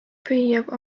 püüab